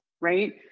right